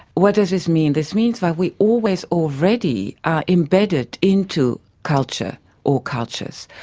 what does this mean? this means that we always already are embedded into culture or cultures.